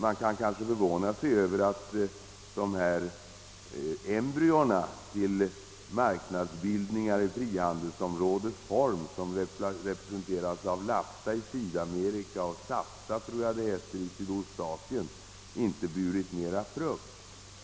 Man kan kanske förvåna sig över att dessa embryon till marknadsbildning i frihandelsområdets form som representeras av LAFTA i Sydamerika och SAFTA i Sydostasien inte burit mera frukt.